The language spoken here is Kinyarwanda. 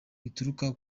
rituruka